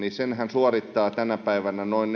suorittaa tänä päivänä noin